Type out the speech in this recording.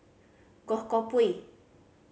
Goh Koh Pui